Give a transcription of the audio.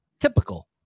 typical